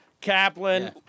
Kaplan